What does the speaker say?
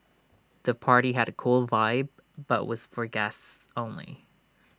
the party had A cool vibe but was for guests only